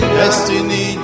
destiny